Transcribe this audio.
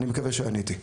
אני מקווה שעניתי.